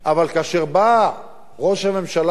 אבל כאשר בא ראש הממשלה ואמר: